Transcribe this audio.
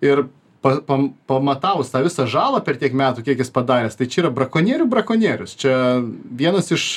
ir pa pam pamatavus tą visą žalą per tiek metų kiek jis padaręs tai čia yra brakonieriai brakonierius čia vienas iš